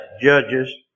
Judges